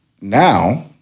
now